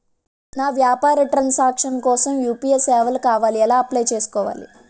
నా వ్యాపార transaction కోసం యు.పి.ఐ సేవలు కావాలి ఎలా అప్లయ్ చేసుకోవాలి?